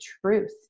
truth